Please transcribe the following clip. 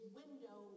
window